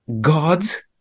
God's